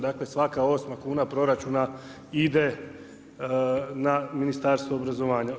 Dakle, svaka osma kuna proračuna ide na Ministarstvo obrazovanja.